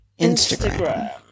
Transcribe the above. Instagram